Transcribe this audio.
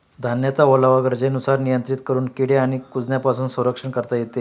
धान्याचा ओलावा गरजेनुसार नियंत्रित करून किडे आणि कुजण्यापासून संरक्षण करता येते